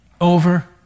Over